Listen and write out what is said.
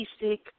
basic